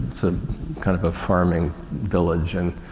it's a kind of a farming village and,